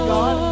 God